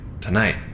tonight